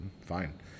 Fine